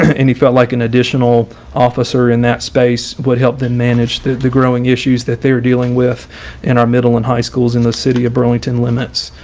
and he felt like an additional officer in that space would help them manage the the growing issues that they were dealing with in our middle and high schools in the city of burlington limits.